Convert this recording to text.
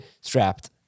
strapped